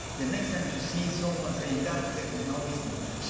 the next time you see someone saying that, say no, it's not.